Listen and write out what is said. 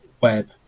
web